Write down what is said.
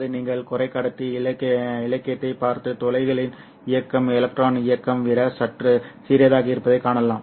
அது நீங்கள் குறைக்கடத்தி இலக்கியத்தைப் பார்த்து துளைகளின் இயக்கம் எலக்ட்ரானின் இயக்கம் விட சற்று சிறியதாக இருப்பதைக் காணலாம்